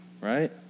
right